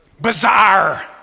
bizarre